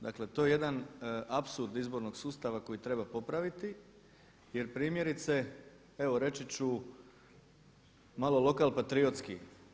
Dakle, to je jedan apsurd izbornog sustava koji treba popraviti, jer primjerice evo reći ću malo lokal patriotski.